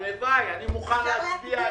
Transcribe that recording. אני מוכן.